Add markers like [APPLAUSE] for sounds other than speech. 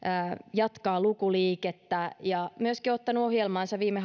jatkaa lukuliikettä ja on myöskin ottanut ohjelmaansa viime [UNINTELLIGIBLE]